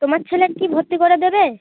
তোমার ছেলের কি ভর্তি করে দেবে